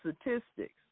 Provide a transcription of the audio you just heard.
Statistics